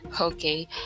okay